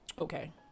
okay